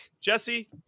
Jesse